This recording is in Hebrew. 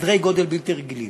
בסדרי גודל בלתי רגילים,